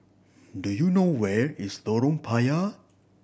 do you know where is Lorong Payah